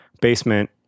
basement